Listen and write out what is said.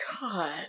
God